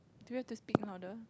do you have to speak louder